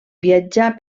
viatjà